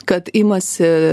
kad imasi